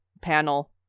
panel